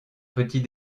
petit